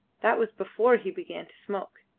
that was before he began to smoke.